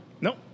Nope